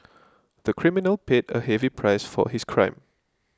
the criminal paid a heavy price for his crime